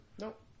Nope